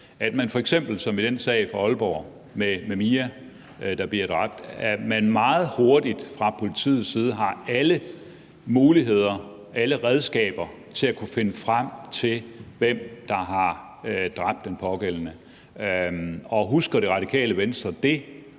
at man f.eks. som i sagen fra Aalborg med Mia, der bliver dræbt, meget hurtigt fra politiets side har alle muligheder for og alle redskaber til at finde frem til, hvem der har dræbt den pågældende. Husker Radikale Venstre det?